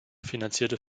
finanzierte